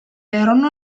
erano